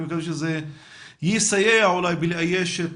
שזה יסייע אולי בלאייש.